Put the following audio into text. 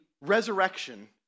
resurrection